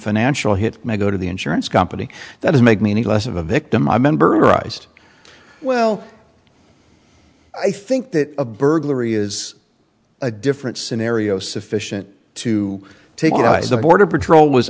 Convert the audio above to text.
financial hit may go to the insurance company that does make me less of a victim i mean burglarized well i think that a burglary is a different scenario sufficient to take the border patrol was